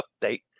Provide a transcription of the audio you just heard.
update